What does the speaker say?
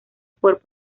por